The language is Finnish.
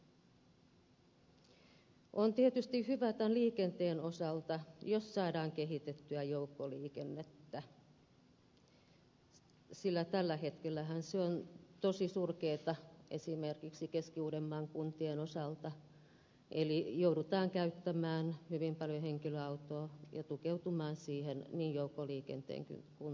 liikenteen osalta on tietysti hyvä jos saadaan kehitettyä joukkoliikennettä sillä tällä hetkellähän se on tosi surkeaa esimerkiksi keski uudenmaan kuntien osalta eli joudutaan käyttämään hyvin paljon henkilöautoa ja tukeutumaan siihen niin joukkoliikenteen kuin työmatkaliikenteenkin osalta